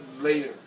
later